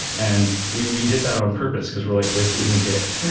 and we we did that on purpose, because we're like, this isn't it.